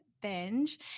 Binge